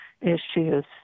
issues